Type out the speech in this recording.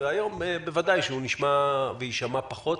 והיום בוודאי שהוא נשמע ויישמע פחות,